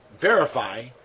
verify